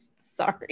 sorry